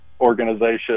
organization